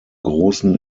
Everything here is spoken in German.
großen